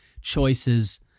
choices